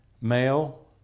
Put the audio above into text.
male